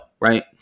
right